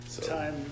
Time